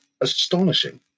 astonishing